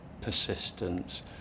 persistence